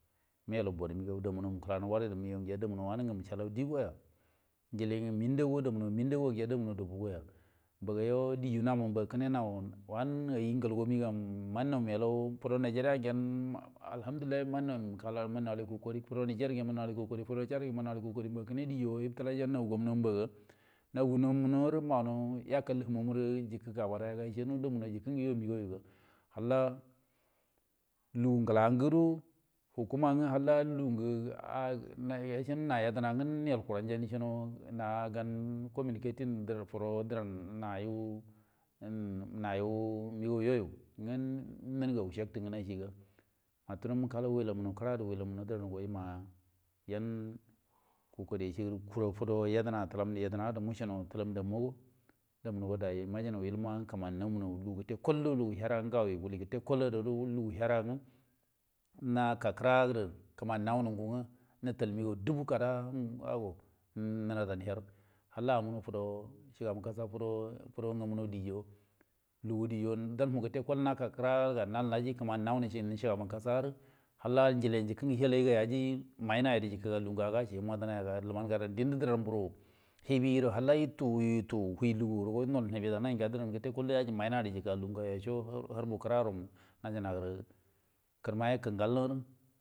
Nel bor mego doy nge mukule warai megon nge wukula eliowa nji lun nge minda o wawui yə mn wo ya mamuno dabuwo ye, mbaga yo di nge kina ngu wange ai ngalwo min ge manno melau fodo nigriange en alhamdulillai al akai koru niger yo mun nori kokari fodo chad ye yu yi yo jonno gannunoi mba nai namunu wo ri en yen yakal ge jigge gabayan dogai jigge ganunoi ngo megas ya lugu rgela gudo hukuman nga halla lugu en eci niga lugu yedengurnga na yedenan ga yel kurunja eceno na gan commini a te, kuro diran ai nayo mego yo yu en jabt ngena ne attura mukalau wakamu kira weclamo damunoi ya yen ullude ce fodo yedena, yedena zilan yedema karu tilam dammo ngo dai yajina ilmoo kimanro wujono lugu kettea kol gudo herran nga lugu her ran nge makelau kiraa gede nattal mago dubu rada en ago dewde her, halla amunno foduo, fudo ngamu-no dieyo, lugu dioyo gamuroi ketta kol gudo naka kiraga nan naji nan wuni naji shugaban kasaa hallah jilen ngayo naji maina ye waci humogen dindi ndar buru ge do halla nutu wi do, wutu hui lugu do halla naji maina kurbu kiramun go.